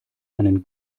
einen